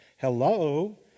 Hello